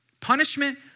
Punishment